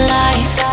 life